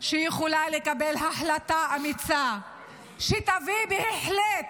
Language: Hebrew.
שיכולה לקבל החלטה אמיצה שתביא בהחלט